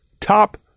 top